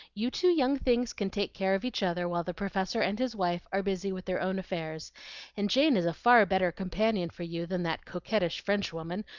you two young things can take care of each other while the professor and his wife are busy with their own affairs and jane is a far better companion for you than that coquettish french woman,